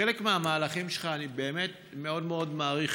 חלק מהמהלכים שלך אני באמת מאוד מאוד מעריך,